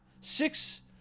six